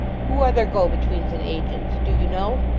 who are their go-betweens, and agents do you know